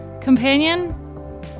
companion